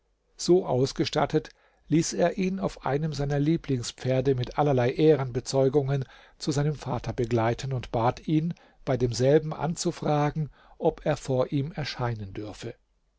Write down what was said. so ausgestattet ließ er ihn auf einem seiner lieblingspferde mit allerlei ehrenbezeugungen zu seinem vater begleiten und bat ihn bei demselben anzufragen ob er vor ihm erscheinen dürfe